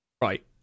Right